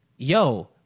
Yo